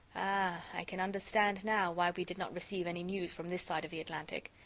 i can understand now why we did not receive any news from this side of the atlantic.